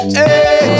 hey